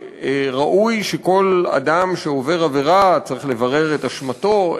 כל אדם שעובר עבירה צריך וראוי לברר את אשמתו,